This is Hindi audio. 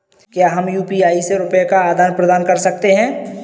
क्या हम यू.पी.आई से रुपये का आदान प्रदान कर सकते हैं?